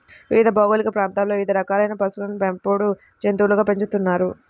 వివిధ భౌగోళిక ప్రాంతాలలో వివిధ రకాలైన పశువులను పెంపుడు జంతువులుగా పెంచుతున్నారు